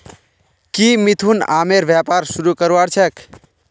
की मिथुन आमेर व्यापार शुरू करवार छेक